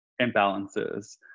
imbalances